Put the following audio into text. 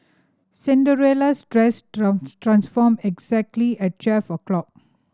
Cinderella's dress transformed exactly at twelve o'clock